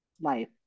life